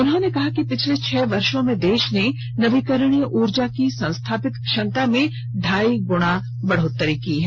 उन्होंने कहा कि पिछले छह वर्षों में देश ने नवीकरणीय ऊर्जा की संस्थापित क्षमता में ढाई गुणा बढ़ोतरी की है